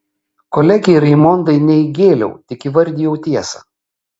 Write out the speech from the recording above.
kolegei raimondai ne įgėliau tik įvardijau tiesą